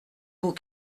beau